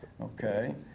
Okay